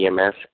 EMS